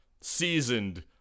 seasoned